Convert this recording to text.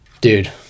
Dude